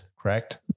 correct